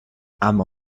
اما